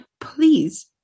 please